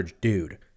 dude